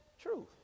truth